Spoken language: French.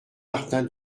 martin